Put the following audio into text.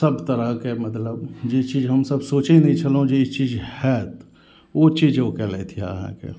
सब तरहके मतलब जे चीज हमसब सोचै नहि छलहुॅं जे ई चीज होयत ओ चीज ओ केलथि अहाँके